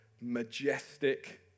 majestic